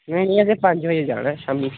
मिगी लगदा ऐ पंज बजे जाना ऐ शामीं